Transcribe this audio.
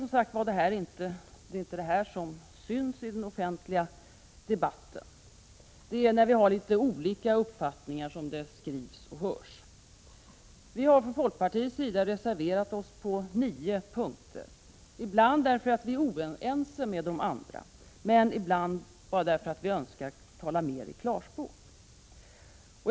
Men det är inte detta som syns i den offentliga debatten. Det är när vi har litet olika uppfattningar som det skrivs och hörs. Vi har från folkpartiets sida reserverat oss på nio punkter, ibland därför att vi är oense med de andra, ibland bara därför att vi önskar att tala mer klarspråk.